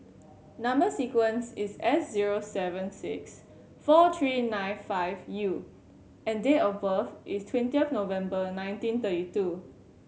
number sequence is S zero seven six four three nine five U and date of birth is twenty November nineteen thirty two